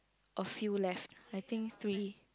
a few less I think three